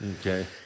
Okay